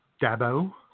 Dabo